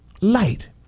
Light